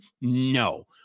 No